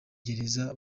gereza